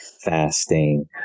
fasting